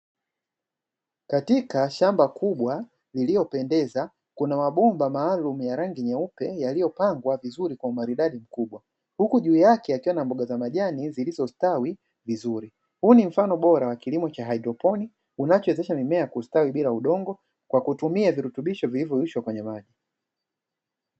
Katika shamba kubwa liliyopendezwa, kuna mabomba maalumu ya rangi nyeupe yaliyopangwa vizuri kwa umaridadi mkubwa, huku juu yake yakiwa na mboga za majani zilizostawi vizuri. Huu ni mfano bora wa kilimo cha haidroponi, unachowezesha mimea kustawi bila udogo, kwa kutumia virutubisho vilivyoyeyushwa kwenye maji.